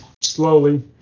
slowly